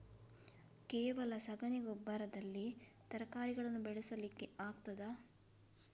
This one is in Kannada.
ಕೇವಲ ಸಗಣಿ ಗೊಬ್ಬರದಲ್ಲಿ ತರಕಾರಿಗಳನ್ನು ಬೆಳೆಸಲಿಕ್ಕೆ ಆಗ್ತದಾ?